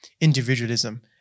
individualism